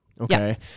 okay